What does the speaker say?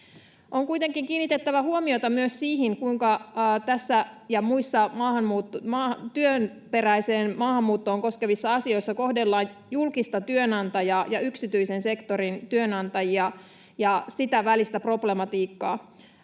On kuitenkin kiinnitettävä huomiota myös siihen, kuinka tässä ja muissa työperäistä maahanmuuttoa koskevissa asioissa kohdellaan julkista työnantajaa ja yksityisen sektorin työnantajia ja niiden välistä problematiikkaa.